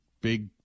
big